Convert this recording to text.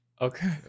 Okay